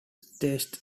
state